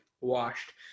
washed